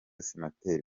senateri